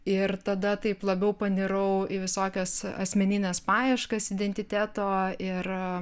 ir tada taip labiau panirau į visokias asmenines paieškas identiteto ir